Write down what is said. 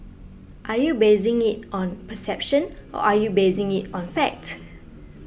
are you basing it on perception or are you basing it on fact